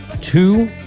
two